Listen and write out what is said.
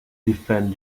defend